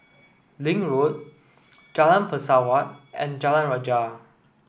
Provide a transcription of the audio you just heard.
Link Road Jalan Pesawat and Jalan Rajah